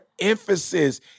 emphasis